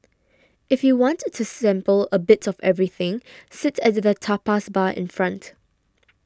if you want to sample a bit of everything sit at the tapas bar in front